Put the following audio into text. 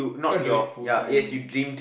can't do it full time